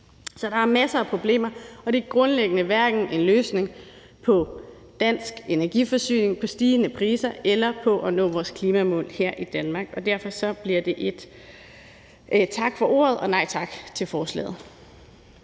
Så der er masser af problemer, og det er grundlæggende hverken en løsning på dansk energiforsyning, stigende priser eller på at nå vores klimamål her i Danmark. Derfor bliver det et tak for ordet og et nej tak til forslaget.